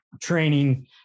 training